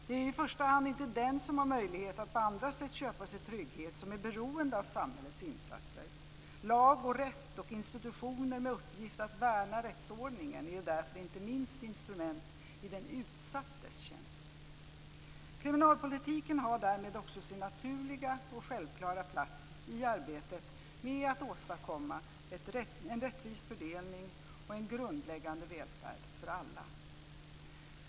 Det är i första hand inte den som har möjlighet att på andra sätt köpa sig trygghet som är beroende av samhällets insatser. Lag och rätt och institutioner med uppgift att värna rättsordningen är därför, inte minst, instrument i den utsattes tjänst. Kriminalpolitiken har därmed också sin naturliga och självklara plats i arbetet med att åstadkomma en rättvis fördelning och en grundläggande välfärd för alla.